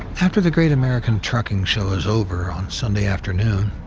after the great american trucking show is over on sunday afternoon,